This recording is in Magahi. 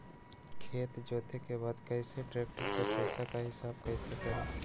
खेत जोते के बाद कैसे ट्रैक्टर के पैसा का हिसाब कैसे करें?